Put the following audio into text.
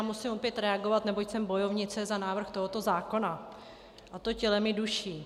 Musím opět reagovat, neboť jsem bojovnice za návrh tohoto zákona, a to tělem i duší.